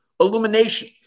illumination